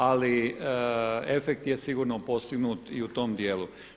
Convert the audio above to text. Ali efekt je sigurno postignut i u tom dijelu.